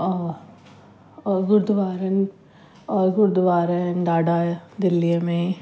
और और गुरुद्वारनि और गुरुद्वारनि ॾाढा दिल्लीअ में